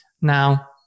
Now